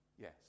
yes